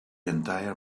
entire